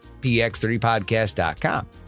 px3podcast.com